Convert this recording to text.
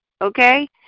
Okay